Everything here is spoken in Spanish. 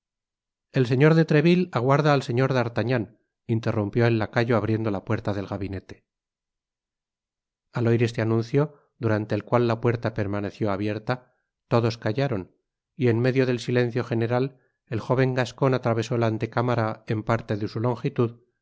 el señor de treville aguarda al señor d artagnan interrumpió el lacayo abriendo la puerta del gabinete al oir este anuncio durante el cual la puerta permaneció abierta todos callaron y en medio del silencio general el jóven gascon atravesó la antecámara en parte de su longitud y